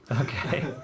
Okay